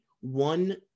one